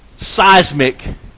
seismic